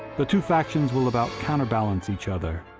the two factions will about counter-balance each other.